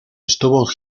estuvo